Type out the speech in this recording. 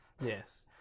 Yes